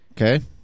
Okay